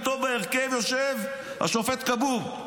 איתו בהרכב יושב השופט כבוב,